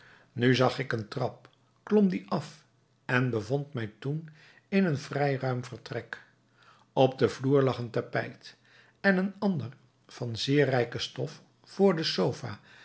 nu zag ik een trap klom dien af en bevond mij toen in een vrij ruim vertrek op den vloer lag een tapijt en een ander van zeer rijke stof vr de sofa